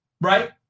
right